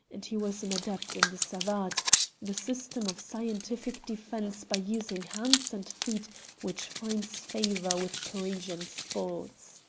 and he was an adept in the savate the system of scientific defence by using hands and feet which finds favour with parisian sports.